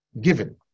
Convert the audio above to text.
given